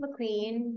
McQueen